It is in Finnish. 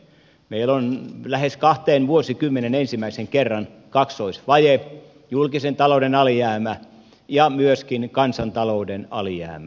meillä on lähes kahteen vuosikymmeneen ensimmäisen kerran kaksoisvaje julkisen talouden alijäämä ja myöskin kansantalouden alijäämä